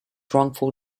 wrongful